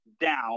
down